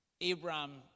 Abraham